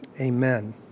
Amen